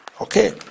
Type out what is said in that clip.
Okay